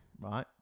Right